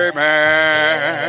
Amen